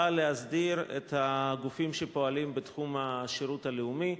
באה להסדיר את הגופים שפועלים בתחום השירות הלאומי.